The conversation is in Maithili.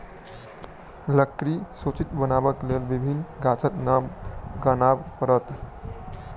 लकड़ीक सूची बनयबाक लेल विभिन्न गाछक नाम गनाब पड़त